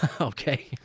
Okay